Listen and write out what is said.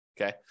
Okay